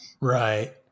right